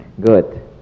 good